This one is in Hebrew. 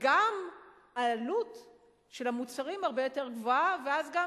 וגם העלות של המוצרים הרבה יותר גבוהה, ואז גם